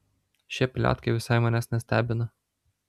šie pletkai visai manęs nestebina